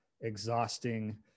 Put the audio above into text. exhausting